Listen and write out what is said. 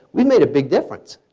we've made a big difference.